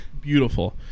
Beautiful